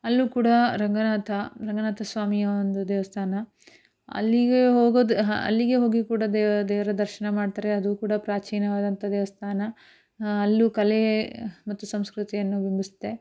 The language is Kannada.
ಅಲ್ಲೂ ಕೂಡ ರಂಗನಾಥ ರಂಗನಾಥ ಸ್ವಾಮಿಯ ಒಂದು ದೇವಸ್ಥಾನ ಅಲ್ಲಿಗೆ ಹೋಗೋದು ಅಲ್ಲಿಗೆ ಹೋಗಿ ಕೂಡ ದೇವ ದೇವರ ದರ್ಶನ ಮಾಡ್ತಾರೆ ಅದು ಕೂಡ ಪ್ರಾಚೀನವಾದಂಥ ದೇವಸ್ಥಾನ ಅಲ್ಲೂ ಕಲೆ ಮತ್ತು ಸಂಸ್ಕೃತಿಯನ್ನು ಬಿಂಬಿಸುತ್ತೆ